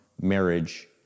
marriage